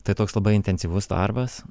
tai toks labai intensyvus darbas